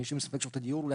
מי שמספק שירותי דיור,